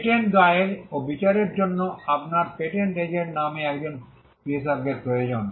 patent দায়ের ও বিচারের জন্য আপনার পেটেন্ট এজেন্ট নামে একজন বিশেষজ্ঞের প্রয়োজন